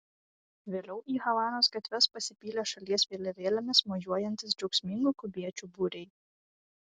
vėliau į havanos gatves pasipylė šalies vėliavėlėmis mojuojantys džiaugsmingų kubiečių būriai